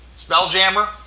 Spelljammer